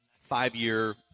five-year –